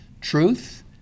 Truth